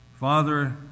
Father